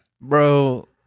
Bro